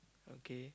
okay